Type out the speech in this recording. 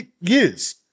years